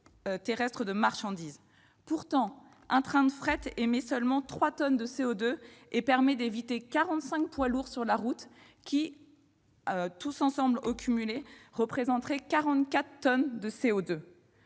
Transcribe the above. Pourtant, un train de fret émet seulement 3 tonnes de CO2 et permet d'éviter quarante-cinq poids lourds sur la route, qui, cumulés, représenteraient 44 tonnes de CO2.